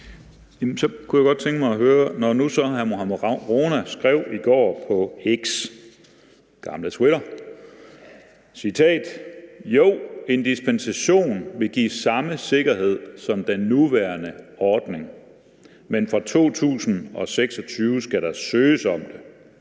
Så kunne jeg godt tænke mig at høre om noget, når nu hr. Mohammad Rona i går skrev på X, det gamle Twitter: Jo, en dispensation vil give samme sikkerhed som den nuværende ordning. Men for 2026 skal der søges om det.